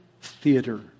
theater